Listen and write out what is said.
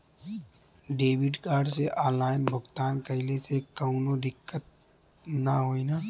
Debit card से online भुगतान कइले से काउनो दिक्कत ना होई न?